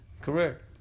Correct